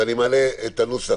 אז אני מעלה את הנוסח,